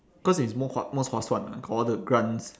cause it's more 划 most 划算 ah got all the grants